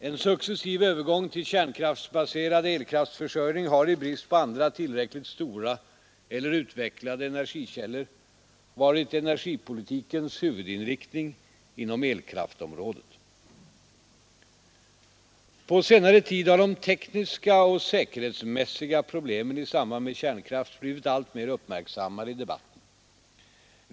En successiv övergång till en kränkraftsbaserad elkraftförsörjning har, i brist på andra tillräckligt stora eller utvecklade energikällor, varit energipolitikens huvudinriktning inom elkraftområdet. På senare tid har de tekniska och säkerhetsmässiga problemen i samband med kärnkraft blivit alltmer uppmärksammade i debatten.